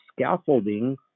scaffolding